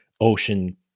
ocean